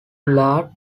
bullard